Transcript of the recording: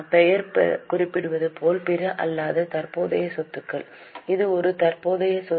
பெயர் குறிப்பிடுவதுபோல் பிற அல்லாத தற்போதைய சொத்துக்கள் இது ஒரு தற்போதைய சொத்து